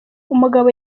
umugabo